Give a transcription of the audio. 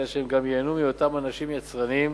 אלא גם ייהנו מהיותם אנשים יצרניים